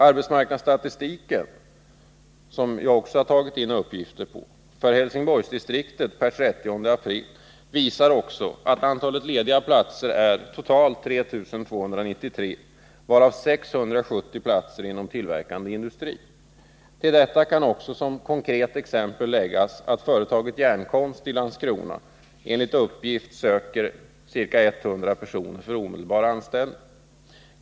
Arbetsmarknadsstatistiken för Helsingborgsdistriktet per 30 april visar också att antalet lediga platser är totalt 3 293, varav 670 platser inom tillverkande industri. Till detta kan också som konkret exempel läggas att företaget Järnkonst i Landskrona enligt uppgift söker ca 100 personer för omedelbar anställning.